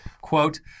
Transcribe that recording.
Quote